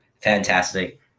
Fantastic